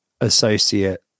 Associate